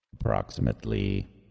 Approximately